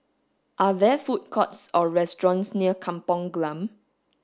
are there food courts or restaurants near Kampong Glam